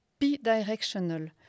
bidirectional